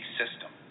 system